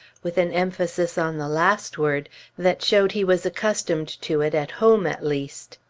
with an emphasis on the last word that showed he was accustomed to it at home, at least.